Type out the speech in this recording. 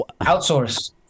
outsource